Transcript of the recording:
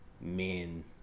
men